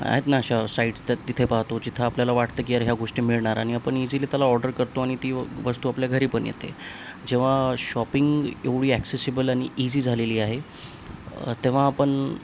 आहेत ना अशा साईट्स त्या तिथे पाहतो जिथं आपल्याला वाटतं की अरे ह्या गोष्टी मिळणार आणि आपण इझिली त्याला ऑर्डर करतो आणि ती वस्तू आपल्या घरी पण येते जेव्हा शॉपिंग एवढी ॲक्सेबल आणि ईझी झालेली आहे तेव्हा आपण